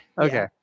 Okay